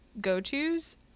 go-tos